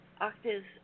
octaves